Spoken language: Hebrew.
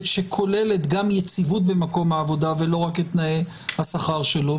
שכוללת גם יציבות במקום העבודה ולא רק את תנאי השכר שלו.